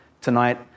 tonight